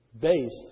based